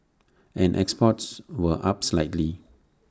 and exports were up slightly